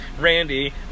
Randy